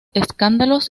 escándalos